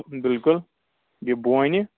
بالکُل یہِ بونہِ